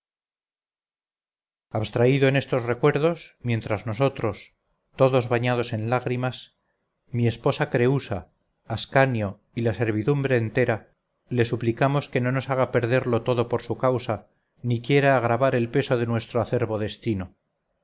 fuego abstraído en estos recuerdo mientras nosotros todos bañados en lágrimas mi esposa creúsa ascanio y la servidumbre entera le suplicamos que no nos haga perderlo todo por su causa ni quiera agravar el peso de nuestro acerbo destino